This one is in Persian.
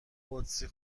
قدسی